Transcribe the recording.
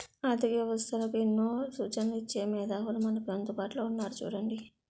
ఆర్థిక వ్యవస్థలకు ఎన్నో సూచనలు ఇచ్చే మేధావులు మనకు అందుబాటులో ఉన్నారు చూడండి